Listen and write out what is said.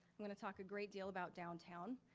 i'm gonna talk a great deal about downtown.